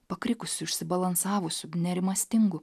pakrikusių išsibalansavusių nerimastingų